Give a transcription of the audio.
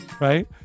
right